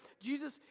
Jesus